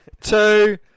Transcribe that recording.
two